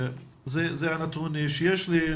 זה הנתון שיש לי,